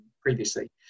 previously